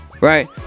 right